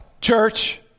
church